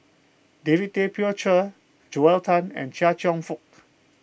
David Tay Poey Cher Joel Tan and Chia Cheong Fook